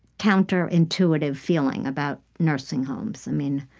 counterintuitive feeling about nursing homes. i mean,